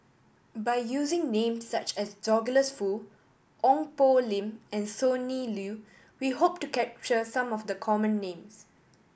by using names such as Douglas Foo Ong Poh Lim and Sonny Liew we hope to capture some of the common names